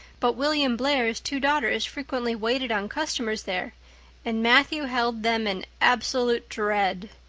but william blair's two daughters frequently waited on customers there and matthew held them in absolute dread.